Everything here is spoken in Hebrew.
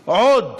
מה עוד